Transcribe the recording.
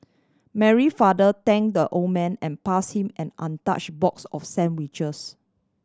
Mary father thank the old man and pass him an untouch box of sandwiches